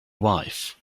wife